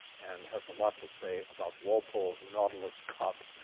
and has a lot to say about walpole's nautilus cup,